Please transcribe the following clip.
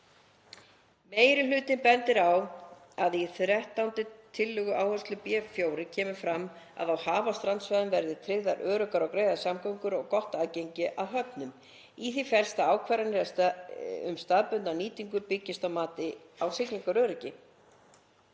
Meiri hlutinn bendir á að í 13. tölul. áherslu B.4 kemur fram að á haf- og strandsvæðum verði tryggðar öruggar og greiðar samgöngur og gott aðgengi að höfnum. Í því felst að ákvarðanir um staðbundna nýtingu byggjast á mati á siglingaöryggi.